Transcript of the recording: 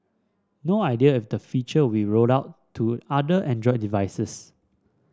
no idea if the feature will rolled out to other Android devices